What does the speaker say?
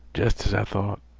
jest as i thought,